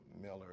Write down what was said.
Miller